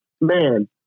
man